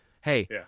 hey